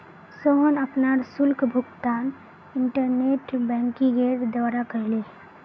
सोहन अपनार शुल्क भुगतान इंटरनेट बैंकिंगेर द्वारा करले